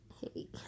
Hey